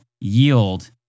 yield